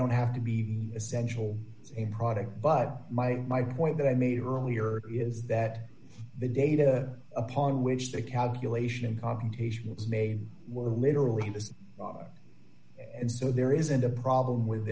don't have to be essential a product but my point that i made earlier is that the data upon which the calculation confrontation is made will literally was and so there isn't a problem with